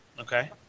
Okay